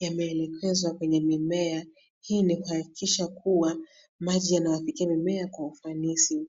yameelekezwa kwenye mimea, hii ni kuhakikisha kuwa maji yanafikia mimea kwa ufanisi